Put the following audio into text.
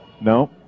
No